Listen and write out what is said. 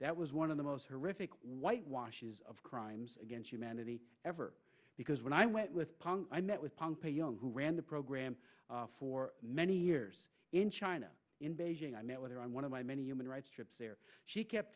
that was one of the most horrific whitewashes of crimes against humanity ever because when i went with punk i met with pump a young who ran the program for many years in china in beijing i met with her on one of my many human rights trips there she kept